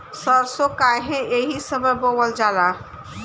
सरसो काहे एही समय बोवल जाला?